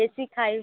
ବେଶି ଖାଇ